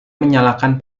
menyalakan